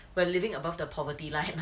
we're living above the poverty line ah